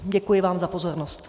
Děkuji vám za pozornost.